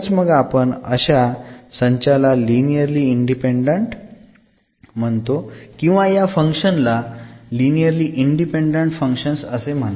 मग आपण अशा संचाला लिनिअरली इंडिपेंडंट म्हणतो किंवा या फंक्शन्स ला लिनिअरली इंडिपेंडंट फंक्शन्स असे म्हणतात